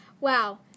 Wow